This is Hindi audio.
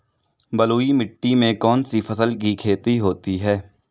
बलुई मिट्टी में कौनसी फसल की खेती होती है?